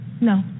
No